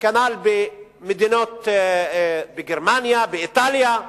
כנ"ל בגרמניה, באיטליה,